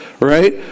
Right